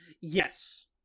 Yes